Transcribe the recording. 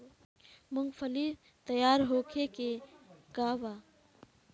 मूँगफली तैयार होखे के अवधि का वा?